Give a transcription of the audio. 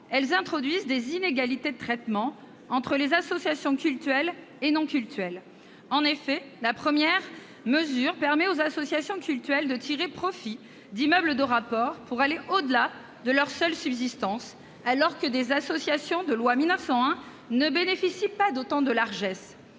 elles introduisent des inégalités de traitement entre les associations cultuelles et non cultuelles. La première mesure permet aux associations cultuelles de tirer profit d'immeubles de rapport pour aller au-delà de leur seule subsistance, alors que des associations loi de 1901 ne bénéficient pas d'autant de largesses.